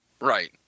Right